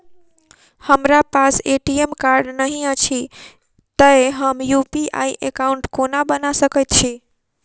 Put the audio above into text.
हमरा पास ATM card नहि अछि तए हम यु.पी.आई एकॉउन्ट कोना बना सकैत छी